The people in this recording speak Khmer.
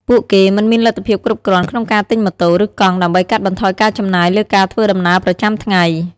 ពួកគេមិនមានលទ្ធភាពគ្រប់គ្រាន់ក្នុងការទិញម៉ូតូ ឬកង់ដើម្បីកាត់បន្ថយការចំណាយលើការធ្វើដំណើរប្រចាំថ្ងៃ។